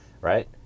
right